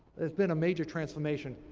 there's been a major transformation.